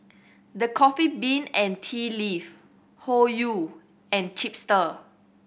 The Coffee Bean and Tea Leaf Hoyu and Chipster